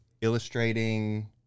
illustrating